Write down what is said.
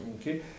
Okay